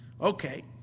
Okay